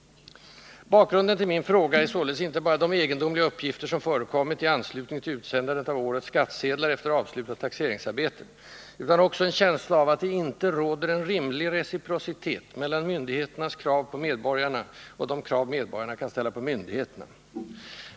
Bakgrunden till min fråga är således icke blott de egendomliga uppgifter, som förekommit i anslutning till utsändandet av årets skattsedlar efter avslutat taxeringsarbete, utan också en känsla av att det inte råder en rimlig reciprocitet mellan myndigheternas krav på medborgarna och de krav medborgarna kan ställa på myndigheterna.